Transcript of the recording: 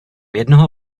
jednoho